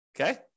Okay